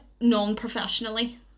non-professionally